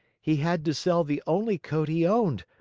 he had to sell the only coat he owned,